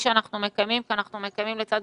אני עצמי חולת פסוריאזיס כבר 40 שנה.